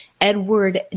Edward